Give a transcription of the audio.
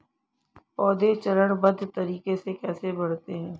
पौधे चरणबद्ध तरीके से कैसे बढ़ते हैं?